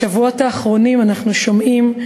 בשבועות האחרונים אנחנו שומעים,